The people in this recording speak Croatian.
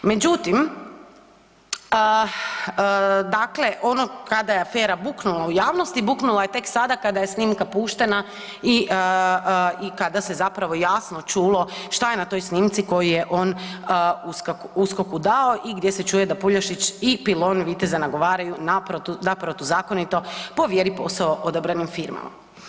Međutim, kada je afera buknula u javnosti, buknula je tek sada kada je snimka puštena i kada se zapravo jasno čulo šta je na toj snimci koju je on USKOK-u dao i gdje se čuje da Puljašić i Pilon Viteza nagovaraju na protuzakonito povjeri posao odabranim firmama.